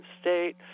state